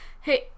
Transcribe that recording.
hey